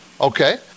Okay